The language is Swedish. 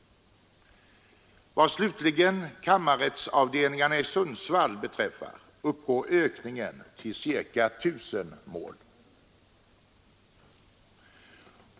Vad slutligen kammarrättsavdelningarna i Sundsvall beträffar uppgår ökningen till ca I 000 mål.